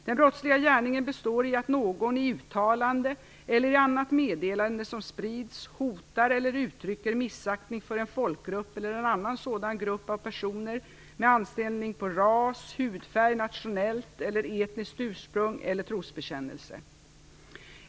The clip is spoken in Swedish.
Den brottsliga gärningen består i att någon i uttalande eller i annat meddelande som sprids hotar eller uttrycker missaktning för en folkgrupp eller en annan sådan grupp av personer med anspelning på ras, hudfärg, nationellt eller etniskt ursprung eller trosbekännelse.